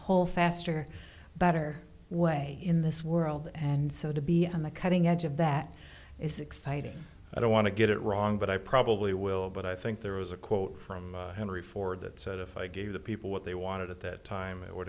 whole faster better way in this world and so to be on the cutting edge of that is exciting i don't want to get it wrong but i probably will but i think there was a quote from henry ford that said if i gave the people what they wanted at that time it would